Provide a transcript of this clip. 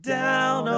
down